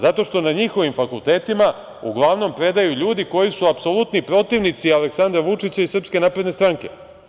Zato što na njihovim fakultetima uglavnom predaju ljudi koji su apsolutni protivnici Aleksandra Vučića i SNS.